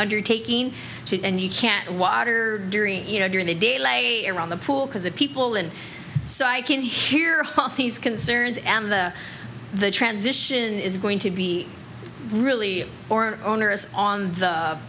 undertaking to and you can't water during you know during the day late around the pool because the people and so i can hear hafiz concerns and the transition is going to be really or onerous on the